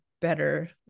better